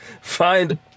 find